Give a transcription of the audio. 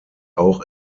auch